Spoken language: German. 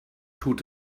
tut